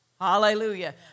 Hallelujah